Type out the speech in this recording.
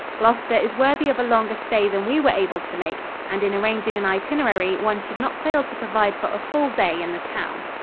gloucester is worthy of a longer stay than we were able to make, and in arranging an itinerary one should not fail to provide for a full day in the town.